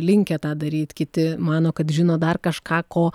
linkę tą daryt kiti mano kad žino dar kažką ko